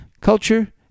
culture